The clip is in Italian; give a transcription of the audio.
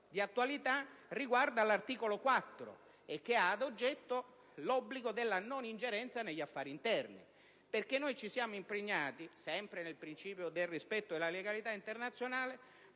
di attualità riguarda l'articolo 4 di quel Trattato, che ha ad oggetto l'obbligo della non ingerenza negli affari interni. Noi ci siamo impegnati, sempre nel rispetto della legalità internazionale,